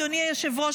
אדוני היושב-ראש,